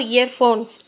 Earphones